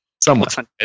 Somewhat